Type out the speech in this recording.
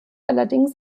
allerdings